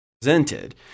presented